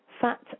fat